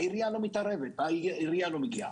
העירייה לא מתערבת והיא לא מגיעה.